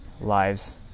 lives